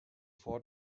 four